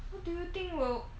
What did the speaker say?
what do you think will